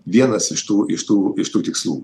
vienas iš tų iš tų iš tų tikslų